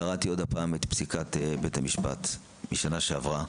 קראתי עוד פעם את פסיקת בית המשפט משנה שעברה,